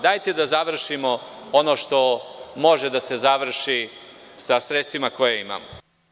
Dajte da završimo ono što može da se završi sa sredstvima koja imamo.